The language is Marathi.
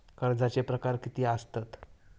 कर्जाचे प्रकार कीती असतत?